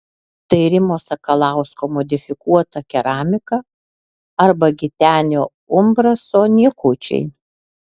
tai rimo sakalausko modifikuota keramika arba gitenio umbraso niekučiai